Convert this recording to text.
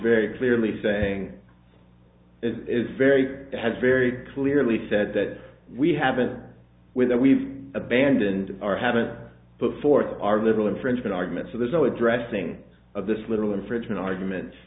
very clearly saying it is very has very clearly said that we haven't with that we've abandoned or haven't put forth our little infringement argument so there's no addressing of this little infringement argument